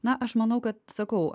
na aš manau kad sakau